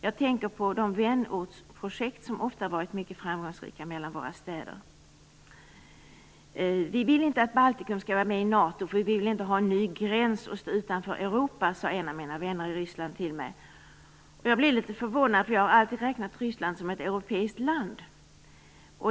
Jag tänker på de vänortsprojekt mellan våra städer som ofta har varit mycket framgångsrika. Vi vill inte att Baltikum skall vara med i NATO, för vi vill inte ha en ny gräns och stå utanför Europa, sade en av mina vänner i Ryssland till mig. Jag blev litet förvånad, för jag har alltid räknat Ryssland som ett europeiskt land.